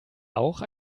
auch